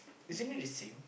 isn't it the same